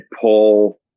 pull